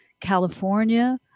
California